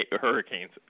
Hurricanes